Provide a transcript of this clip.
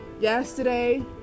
Yesterday